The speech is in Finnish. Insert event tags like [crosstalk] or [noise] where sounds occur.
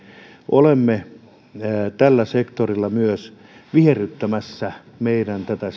olemme myös viherryttämässä tätä [unintelligible]